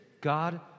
God